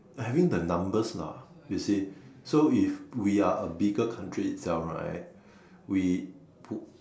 having the numbers lah you see so if we are a bigger country itself right we pull